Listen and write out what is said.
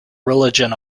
religion